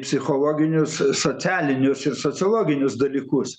psichologinius socialinius ir sociologinius dalykus